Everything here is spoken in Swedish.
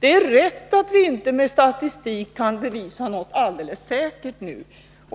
Det är riktigt som det sägs, att vi inte med statistik kan bevisa något alldeles säkert.